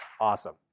Awesome